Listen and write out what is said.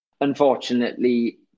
Unfortunately